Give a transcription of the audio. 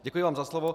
Děkuji vám za slovo.